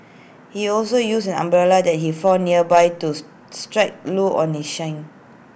he also used an umbrella that he found nearby to strike Loo on his shin